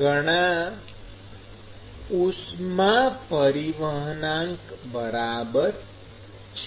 ગણા ઉષ્મા પરિવહનાંક બરાબર છે